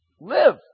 Live